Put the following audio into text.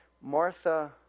Martha